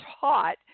taught